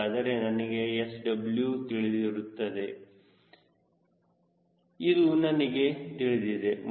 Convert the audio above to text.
ಹಾಗಾದರೆ ನನಗೆ SW ಇಳಿದಿರುತ್ತದೆ ಇದು ನನಗೆ ತಿಳಿದಿದೆ